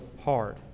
hard